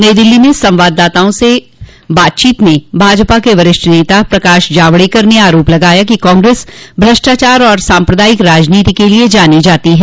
नई दिल्ली में संवाददाताओं के साथ बातचीत में भाजपा के वरिष्ठ नेता प्रकाश जावड़ेकर ने आरोप लगाया कि कांग्रेस भ्रष्टाचार और सम्प्रादायिक राजनीति के लिए जानी जाती है